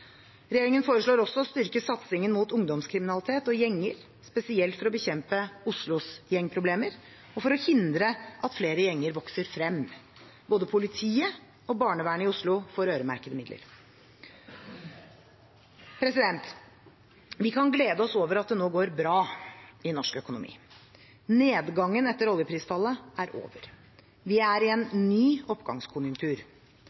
Regjeringen foreslår også å styrke satsingen mot ungdomskriminalitet og gjenger, spesielt for å bekjempe Oslos gjengproblemer, og for å hindre at flere gjenger vokser frem. Både politiet og barnevernet i Oslo får øremerkede midler. Vi kan glede oss over at det nå går bra i norsk økonomi. Nedgangen etter oljeprisfallet er over. Vi er i